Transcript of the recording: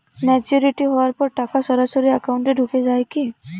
Maturity হওয়ার পর টাকা সরাসরি একাউন্ট এ ঢুকে য়ায় কি?